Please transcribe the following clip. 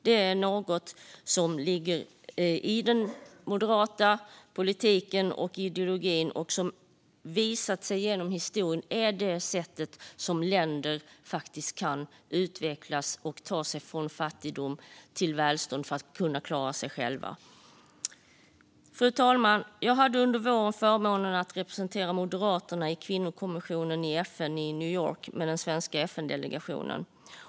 Det är något som ligger i den moderata politiken och ideologin och som genom historien visat sig vara det sätt som gör att länder faktiskt kan utvecklas och ta sig från fattigdom till välstånd och kunna klara sig själva. Fru talman! Jag hade under våren förmånen att representera Moderaterna i Kvinnokommissionen i FN i New York med den svenska FN-delegationen.